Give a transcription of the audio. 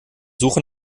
suche